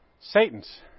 Satan's